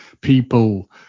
people